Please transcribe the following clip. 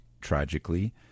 tragically